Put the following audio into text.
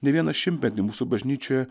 ne vieną šimtmetį mūsų bažnyčioje